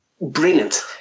brilliant